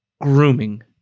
grooming